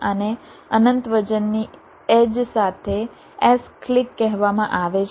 આને અનંત વજનની એડ્જ સાથે s ક્લિક કહેવામાં આવે છે